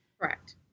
Correct